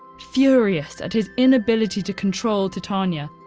furious at his inability to control titania,